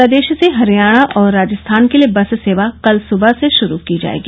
प्रदेश से हरियाणा और राजस्थान के लिये बस सेवा कल सुबह से शुरू की जायेगी